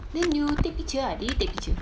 then you take picture ah did you take picture